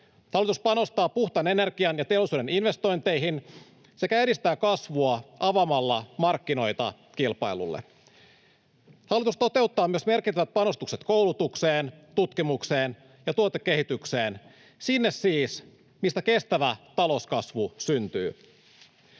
Hallitus panostaa puhtaan energian ja teollisuuden investointeihin sekä edistää kasvua avaamalla markkinoita kilpailulle. Hallitus toteuttaa myös merkittävät panostukset koulutukseen, tutkimukseen ja tuotekehitykseen — sinne siis, mistä kestävä talouskasvu syntyy.